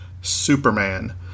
Superman